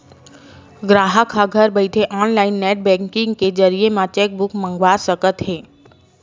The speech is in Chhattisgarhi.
गराहक ह घर बइठे ऑनलाईन नेट बेंकिंग के जरिए म चेकबूक मंगवा सकत हे